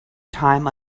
time